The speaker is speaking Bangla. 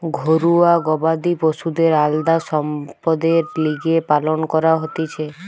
ঘরুয়া গবাদি পশুদের আলদা সম্পদের লিগে পালন করা হতিছে